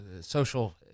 social